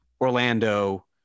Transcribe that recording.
Orlando